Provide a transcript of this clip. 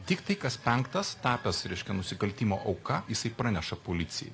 tiktai kas penktas tapęs reiškia nusikaltimo auka jisai praneša policijai